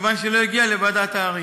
כיוון שלא הגיע לוועדת העררים.